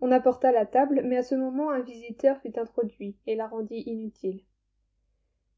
on apporta la table mais à ce moment un visiteur fut introduit et la rendit inutile